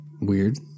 weird